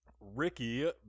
Ricky